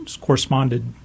corresponded